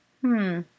Hmm